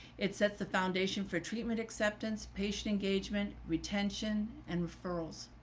it sets the foundation for treatment, acceptance, patient engagement, retention, and referral girls.